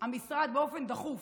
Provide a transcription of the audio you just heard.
המשרד באופן דחוף,